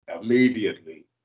immediately